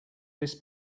this